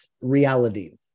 reality